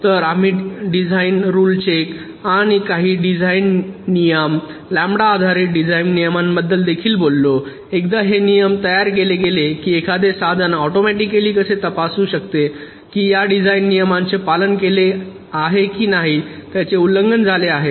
तर आम्ही design rule check आणि काही डिझाइन नियम लॅम्बडा आधारित डिझाइन नियमांबद्दल देखील बोललो आणि एकदा हे नियम तयार केले गेले की एखादे साधन ऑटोमॅटिकली कसे तपासू शकते की या डिझाइन नियमांचे पालन केले आहे की त्यांचे उल्लंघन झाले आहे